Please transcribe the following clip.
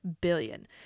billion